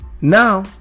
now